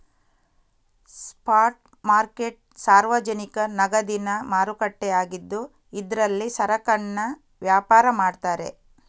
spot market ಸಾರ್ವಜನಿಕ ನಗದಿನ ಮಾರುಕಟ್ಟೆ ಆಗಿದ್ದು ಇದ್ರಲ್ಲಿ ಸರಕನ್ನ ವ್ಯಾಪಾರ ಮಾಡ್ತಾರೆ